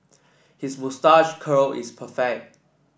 his moustache curl is perfect